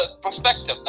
perspective